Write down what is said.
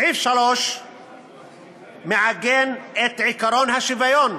סעיף 3 מעגן את עקרון השוויון.